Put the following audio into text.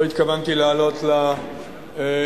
לא התכוונתי לעלות לדוכן,